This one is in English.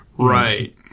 Right